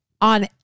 on